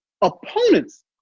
opponents